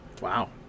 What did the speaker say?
Wow